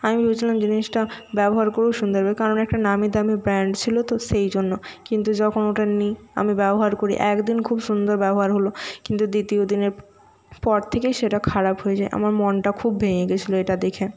আমি বুঝলাম জিনিসটা ব্যবহার করেও সুন্দর হবে কারণ একটা নামি দামি ব্র্যান্ড ছিলো তো সেই জন্য কিন্তু যখন ওটা নিই আমি ব্যবহার করি এক দিন খুব সুন্দর ব্যবহার হলো কিন্তু দ্বিতীয় দিনের পর থেকেই সেটা খারাপ হয়ে যায় আমার মনটা খুব ভেঙে গিয়েছিলো এটা দেখে